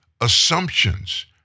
assumptions